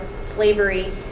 slavery